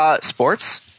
Sports